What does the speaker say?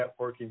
networking